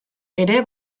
ere